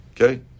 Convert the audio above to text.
Okay